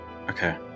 Okay